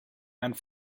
and